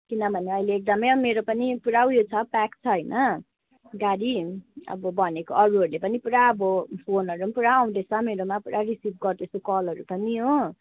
किनभने मेरो पनि पुरा उयो छ प्याक छ होइन गाडी अब भनेको अरूहरूले पनि पुरा अब फोनहरू पनि पुरा आउँदैछ मेरोमा पुरा रिसिभ गर्दैछु कलहरू पनि हो